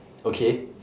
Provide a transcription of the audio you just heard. okay